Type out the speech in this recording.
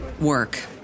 work